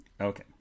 Okay